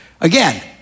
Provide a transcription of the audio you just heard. Again